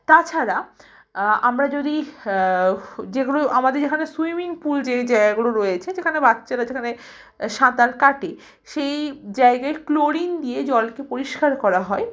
তাছাড়া আমরা যদি যেগুলো আমাদের যেখানে সুইমিং পুল যেই জায়গাগুলো রয়েছে যেখানে বাচ্চারা যেখানে সাঁতার কাটে সেই জায়গায় ক্লোরিন দিয়ে জলকে পরিষ্কার করা হয়